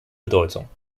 bedeutung